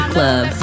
Club